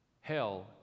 hell